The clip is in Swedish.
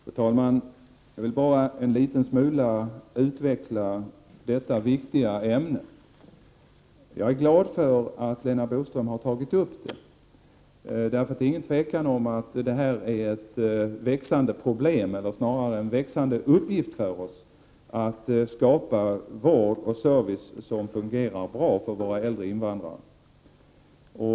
Fru talman! Jag vill bara något litet utveckla detta viktiga ämne. Jag är glad över att Lena Boström har tagit upp frågan. Det råder ju inget tvivel om att detta är en uppgift som bara växer. Det gäller alltså att åstadkomma väl fungerande vård och service för våra äldre invandrare.